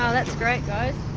ah that's great, guys.